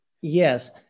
yes